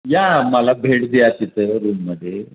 या मला भेट द्या तिथं रूममध्ये